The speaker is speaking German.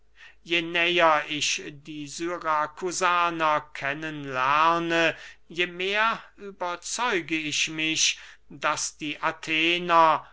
je näher ich die syrakusaner kennen lerne je mehr überzeuge ich mich daß die athener